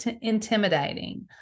intimidating